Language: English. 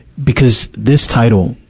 because this title,